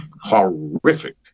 horrific